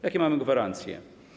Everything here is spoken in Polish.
Jakie mamy gwarancje?